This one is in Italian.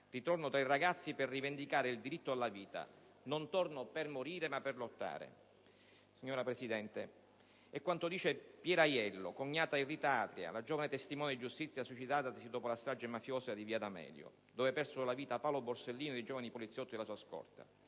Ritorno tra i ragazzi per rivendicare il diritto alla Vita. Non torno per morire ma per lottare». Signora Presidente, è quanto scrive Piera Aiello, cognata di Rita Atria, la giovane testimone di giustizia suicidatasi dopo la strage mafiosa di Via d'Amelio, dove persero la vita Paolo Borsellino e i giovani poliziotti della sua scorta.